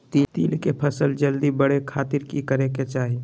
तिल के फसल जल्दी बड़े खातिर की करे के चाही?